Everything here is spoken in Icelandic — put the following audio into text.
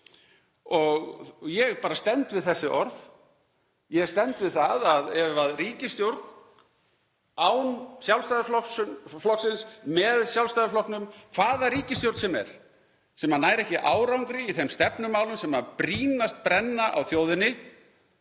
Og ég bara stend við þessi orð. Ég stend við það að ef ríkisstjórn án Sjálfstæðisflokksins, með Sjálfstæðisflokknum, hvaða ríkisstjórn sem er, sem nær ekki árangri í þeim stefnumálum sem brýnast brenna á þjóðinni